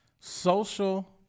social